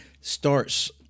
starts